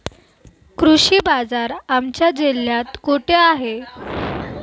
कृषी बाजार आमच्या जिल्ह्यात कुठे आहे?